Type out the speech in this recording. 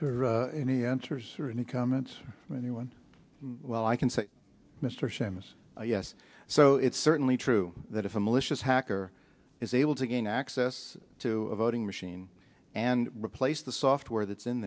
jim any answers for incumbents anyone well i can say mr shamus yes so it's certainly true that if a malicious hacker is able to gain access to a voting machine and replace the software that's in